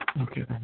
Okay